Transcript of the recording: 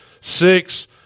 six